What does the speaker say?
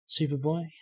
Superboy